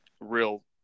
real